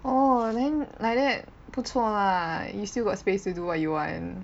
oh then like that 不错 lah you still got space to do what you want